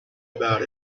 about